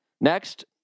Next